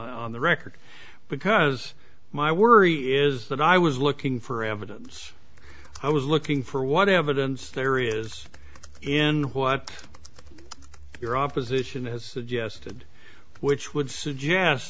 on the record because my worry is that i was looking for evidence i was looking for what evidence there is in what your opposition has suggested which would suggest